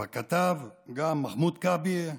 וגם הכתב מחמוד כעביה,